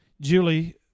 Julie